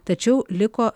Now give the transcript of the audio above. tačiau liko